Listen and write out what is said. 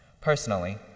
Personally